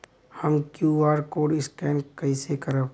हम QR code scan कइसे करब?